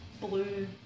blue